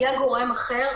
יהיה גורם אחר.